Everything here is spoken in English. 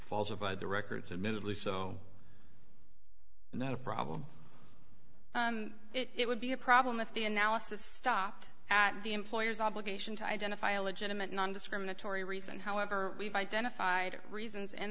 falsified the records admittedly so not a problem and it would be a problem if the analysis stopped at the employer's obligation to identify a legitimate nondiscriminatory reason however we've identified it reasons